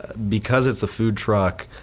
because it's a food truck,